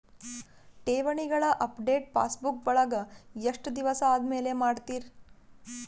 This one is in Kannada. ಠೇವಣಿಗಳ ಅಪಡೆಟ ಪಾಸ್ಬುಕ್ ವಳಗ ಎಷ್ಟ ದಿವಸ ಆದಮೇಲೆ ಮಾಡ್ತಿರ್?